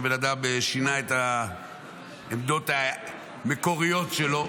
שבן אדם שינה את העמדות המקוריות שלו.